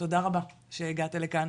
תודה רבה שהגעת לכאן,